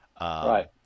right